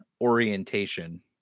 orientation